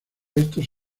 estos